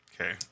Okay